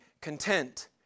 content